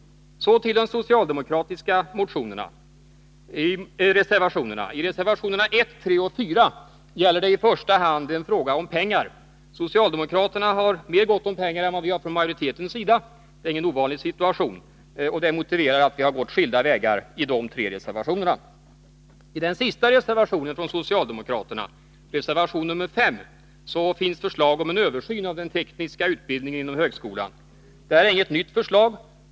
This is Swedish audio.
Så till de socialdemokratiska reservationerna. I reservationerna 1, 3 och 4 gäller det i första hand en fråga om pengar. Socialdemokraterna har mera gott om pengar än vi inom majoriteten. Det är ingen ovanlig situation. Detta motiverar att vi har gått skilda vägar när det gäller de frågor som behandlas i de här tre reservationerna. I den sista reservationen från socialdemokraterna, reservation nr 5, finns förslag om en översyn av den tekniska utbildningen inom högskolan. Det här är inget nytt förslag.